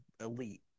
elite